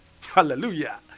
Hallelujah